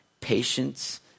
patience